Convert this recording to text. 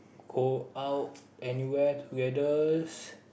go out anywhere together